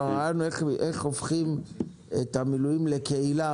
אבל איך הופכים את המילואים לקהילה